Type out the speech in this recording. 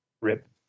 Rip